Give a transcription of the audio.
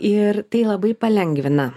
ir tai labai palengvina